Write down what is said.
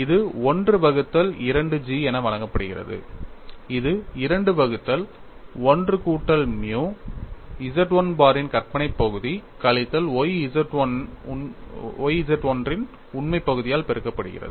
இது 1 வகுத்தல் 2 G என வழங்கப்படுகிறது இது 2 வகுத்தல் 1 கூட்டல் மியூ Z 1 பாரின் கற்பனை பகுதி கழித்தல் y Z 1 உண்மை பகுதியால் பெருக்கப்படுகிறது